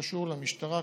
שקשור למשטרה,